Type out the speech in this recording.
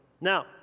Now